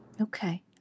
Okay